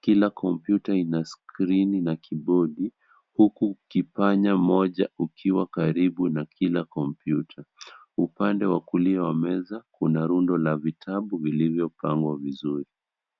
Kila kompyuta ina screen na keyboard , huku kipanya mmoja ukiwa karibu na kila komyuta. Upande wa kulia wa meza, kuna rundo la vitabu vilivyopangwa vizuri.